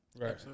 right